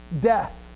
Death